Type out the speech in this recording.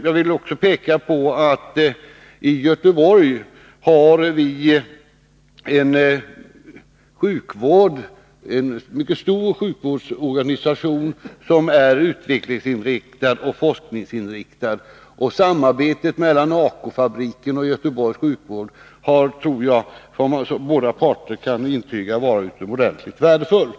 Jag vill också peka på att vi i Göteborg har en mycket stor sjukvårdsorganisation, som är utvecklingsoch forskningsinriktad. Samarbetet mellan ACO-fabriken och Göteborgs sjuk vård har — det tror jag båda parter kan intyga — varit utomordentligt värdefullt.